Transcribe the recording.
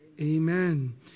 Amen